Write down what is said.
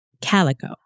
Calico